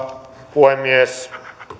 puhemies